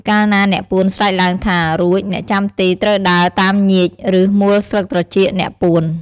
កាលណាអ្នកពួនស្រែកឡើងថា "រួច" អ្នកចាំទីត្រូវដើរតាមញៀច ឬ មួលស្លឹកត្រចៀកអ្នកពួន។